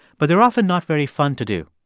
but they're often not very fun to do.